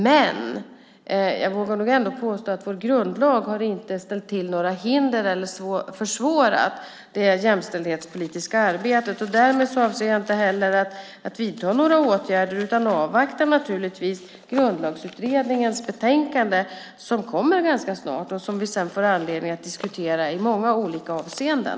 Men jag vågar nog ändå påstå att vår grundlag inte har ställt upp några hinder för eller försvårat det jämställdhetspolitiska arbetet. Därmed avser jag inte heller att vidta några åtgärder utan avvaktar naturligtvis Grundlagsutredningens betänkande, som kommer ganska snart och som vi sedan får anledning att diskutera i många olika avseenden.